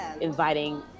inviting